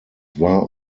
war